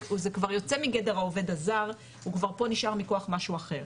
זה כבר יוצא מגדר העובד הזר וכבר פה נשאר מכוח משהו אחר,